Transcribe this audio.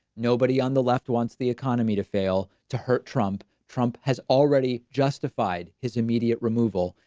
nobody on the left wants the economy to fail to hurt trump. trump has already justified his immediate removal.